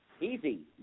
easy